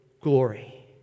glory